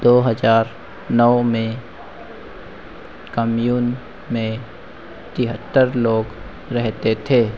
दो हज़ार नौ में कम्यून में तिहत्तर लोग रहते थे